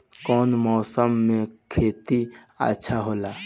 कौन मौसम मे खेती अच्छा होला?